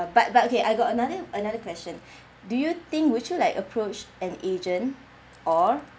but but okay I got another another question do you think would you like approach an agent or